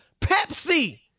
Pepsi